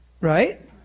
right